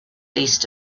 east